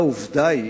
העובדה היא